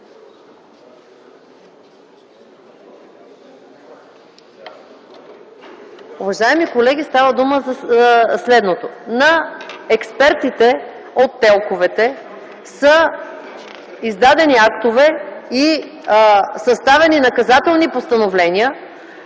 Уважаеми колеги, става дума за следното. На експертите от ТЕЛК-овете са издадени актове и съставени наказателни постановления,